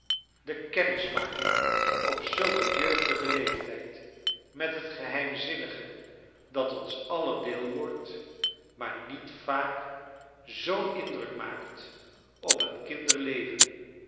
de kennismaking op zulk een jeugdigen leeftijd met het geheimzinnige dat ons aller deel wordt maar niet vaak zoo'n indruk maakt op een kinderleven